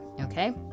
okay